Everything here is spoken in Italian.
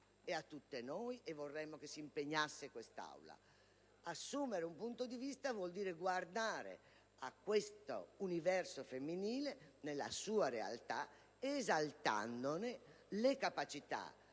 e su questo vorremmo che si impegnasse l'Assemblea. Assumere un punto di vista vuol dire guardare a questo universo femminile nella sua realtà, esaltandone le capacità,